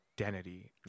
identity